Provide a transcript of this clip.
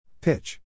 Pitch